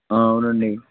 అవునండి